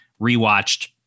rewatched